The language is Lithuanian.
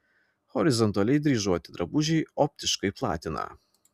horizontaliai dryžuoti drabužiai optiškai platina